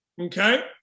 okay